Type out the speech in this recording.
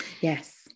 Yes